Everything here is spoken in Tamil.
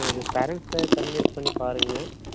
உங்கள் பேரண்ட்ஸ்ட கன்வென்ஸ் பண்ணி பாருங்கள்